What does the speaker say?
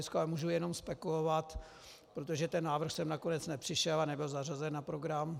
Ale můžu jenom spekulovat, protože ten návrh sem nakonec nepřišel a nebyl zařazen na program.